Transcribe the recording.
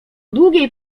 długiej